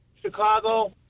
Chicago